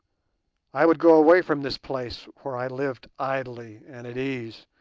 i would go away from this place where i lived idly and at ease,